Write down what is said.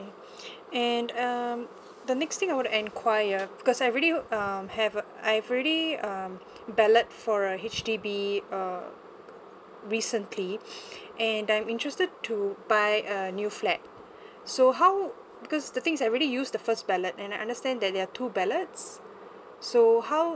and um the next thing I want to enquire because I really um have uh I have already um ballot for a H_D_B uh recently and I am interested to buy a new flat so how because the thing is I already use the first ballot and I understand that there are two ballots so how